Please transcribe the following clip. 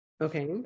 Okay